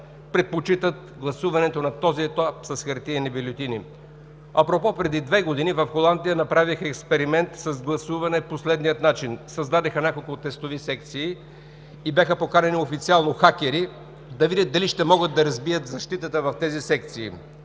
предпочитат гласуването на този етап с хартиени бюлетини. Апропо, преди две години в Холандия направиха експеримент с гласуване по следния начин: създадоха няколко тестови секции и бяха поканени официално хакери да видят дали ще могат да разбият защитата в тези секции.